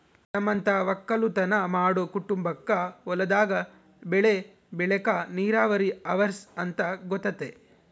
ನಮ್ಮಂತ ವಕ್ಕಲುತನ ಮಾಡೊ ಕುಟುಂಬಕ್ಕ ಹೊಲದಾಗ ಬೆಳೆ ಬೆಳೆಕ ನೀರಾವರಿ ಅವರ್ಸ ಅಂತ ಗೊತತೆ